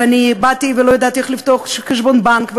באתי ולא ידעתי איך לפתוח חשבון בנק,